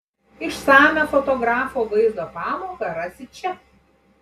išsamią fotografo vaizdo pamoką rasi čia